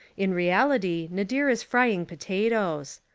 in reality nadir is fry ing potatoes.